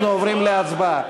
אנחנו עוברים להצבעה.